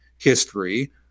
history